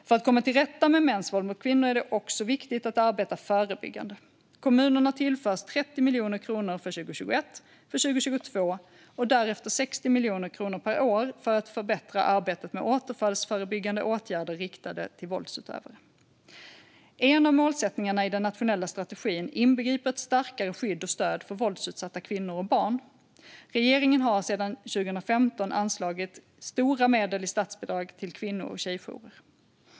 För att komma till rätta med mäns våld mot kvinnor är det också viktigt att arbeta förebyggande. Kommunerna tillförs 30 miljoner kronor för 2021 och 60 miljoner kronor per år från och med 2022 för att förbättra arbetet med återfallsförebyggande åtgärder riktade till våldsutövare. En av målsättningarna i den nationella strategin inbegriper ett starkare skydd och stöd för våldsutsatta kvinnor och barn. Regeringen har sedan 2015 anslagit stora medel i statsbidrag till kvinno och tjejjourer.